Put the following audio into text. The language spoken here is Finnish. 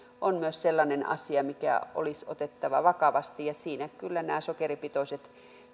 on myös sellainen asia mikä olisi otettava vakavasti ja siinä kyllä nämä sokeripitoiset